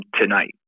tonight